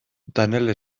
danele